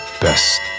best